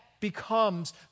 becomes